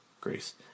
Grace